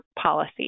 policy